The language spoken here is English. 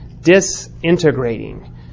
disintegrating